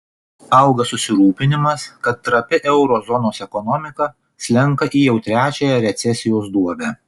auga susirūpinimas kad trapi euro zonos ekonomika slenka į jau trečiąją recesijos duobę